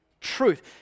truth